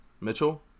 Mitchell